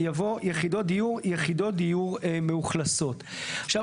יבוא: ""יחידות דיור" יחידות דיור מאוכלסות;"; עכשיו,